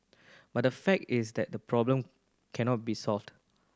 but the fact is that the problem cannot be solved